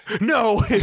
No